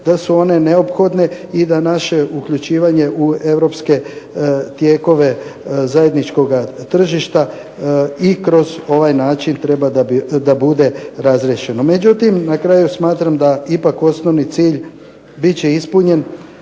da su one neophodne i da naše uključivanje u europske tijekove zajedničkoga tržišta i kroz ovaj način treba da bude razriješeno. Međutim, na kraju smatram da ipak osnovni cilj bit će ispunjen